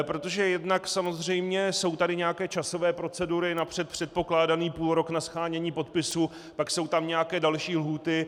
Protože jednak samozřejmě jsou tady nějaké časové procedury, napřed předpokládaný půlrok na shánění podpisů, pak jsou tam nějaké další lhůty.